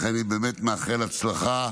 לכן אני באמת מאחל הצלחה,